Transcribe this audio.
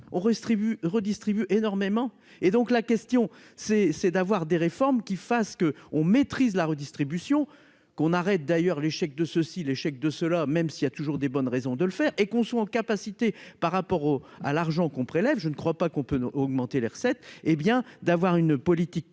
vu redistribue énormément, et donc la question c'est : c'est d'avoir des réformes qui fasse que on maîtrise la redistribution qu'on arrête d'ailleurs l'échec de ceux-ci, l'échec de ceux-là, même s'il y a toujours des bonnes raisons de le faire et qu'on soit en capacité par rapport au à l'argent qu'on prélève, je ne crois pas qu'on peut augmenter les recettes et bien d'avoir une politique cohérente